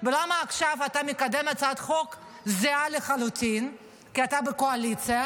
ולמה עכשיו אתה מקדם הצעת חוק זהה לחלוטין כי אתה בקואליציה?